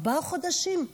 ארבעה חודשים?